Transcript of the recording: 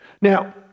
Now